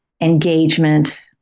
engagement